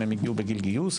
אם הגיעו בגיל גיוס,